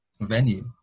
venue